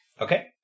Okay